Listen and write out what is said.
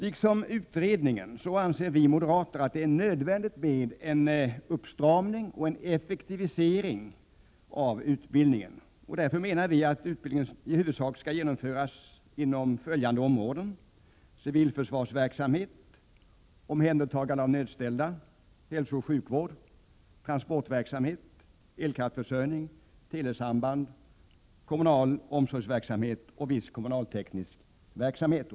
Liksom utredningen anser vi moderater att det är nödvändigt med en uppstramning och effektivisering av utbildningen. Vi menar därför att utbildningen i huvudsak bör genomföras inom följande områden: civilförsvarsverksamhet, omhändertagande av nödställda, hälsooch sjukvård, transportverksamhet, elkraftförsörjning, telesamband, kommunal omsorgsverksamhet och viss kommunalteknisk verksamhet.